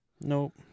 Nope